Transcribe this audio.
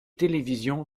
télévision